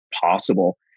possible